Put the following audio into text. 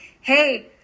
Hey